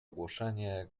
ogłoszenie